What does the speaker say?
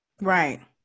Right